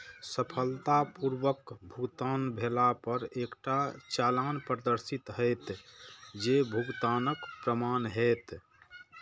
सफलतापूर्वक भुगतान भेला पर एकटा चालान प्रदर्शित हैत, जे भुगतानक प्रमाण हैत